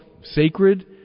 sacred